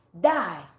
die